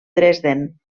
dresden